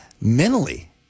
mentally